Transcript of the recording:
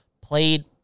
played